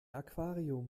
aquarium